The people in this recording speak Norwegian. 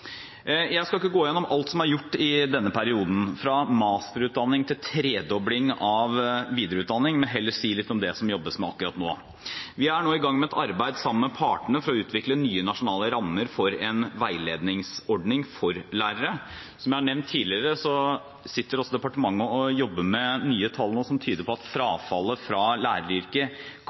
Jeg skal ikke gå igjennom alt som er gjort i denne perioden – fra masterutdanning til tredobling av videreutdanning – men heller si litt om det som det jobbes med akkurat nå. Vi er nå i gang med et arbeid sammen med partene for å utvikle nye nasjonale rammer for en veiledningsordning for lærere. Som jeg har nevnt tidligere, sitter også departementet og jobber med nye tall som tyder på at frafallet fra læreryrket